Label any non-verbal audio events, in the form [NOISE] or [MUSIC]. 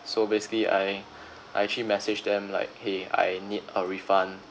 so basically I [BREATH] I actually messaged them like !hey! I need a refund